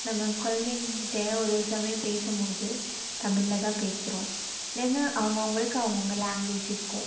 நம்ம குழந்தைங்க கிட்டே ஒரு ஒரு சமயம் பேசும்போது தமிழில்தான் பேசுகிறோம் ஏன்னால் அவுங்கவங்களுக்கு அவுங்கவங்க லேங்வேஜ் இருக்கும்